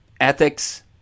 ethics –